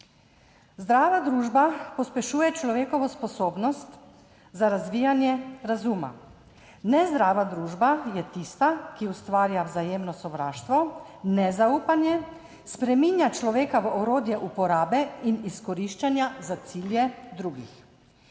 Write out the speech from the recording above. "Zdrava družba pospešuje človekovo sposobnost za razvijanje razuma. Nezdrava družba je tista, ki ustvarja vzajemno sovraštvo, nezaupanje, spreminja človeka v orodje uporabe in izkoriščanja za cilje drugih".